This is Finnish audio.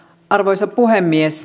arvoisa puhemies